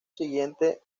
siguiente